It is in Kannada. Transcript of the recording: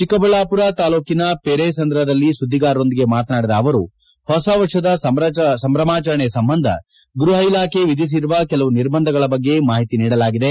ಚಿಕ್ಕಬಳ್ಳಾಪುರ ತಾಲೂಕಿನ ಪೆರೇಸಂದ್ರದಲ್ಲಿ ಸುದ್ದಿಗಾರರೊಂದಿಗೆ ಮಾತನಾಡಿದ ಅವರು ಹೊಸ ವರ್ಷದ ಸಂಭ್ರಮಾಚರಣೆ ಸಂಬಂಧ ಗೃಪ ಇಲಾಖೆ ವಿಧಿಸಿರುವ ಕೆಲವು ನಿರ್ಬಂಧಗಳ ಬಗ್ಗೆ ಮಾಹಿತಿ ನೀಡಲಾಗಿದೆ